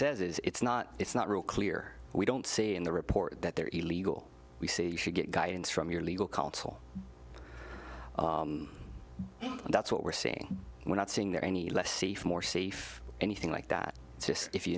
is it's not it's not real clear we don't see in the report that they're illegal we see you should get guidance from your legal counsel and that's what we're seeing we're not seeing there any less safe more safe anything like that to say if you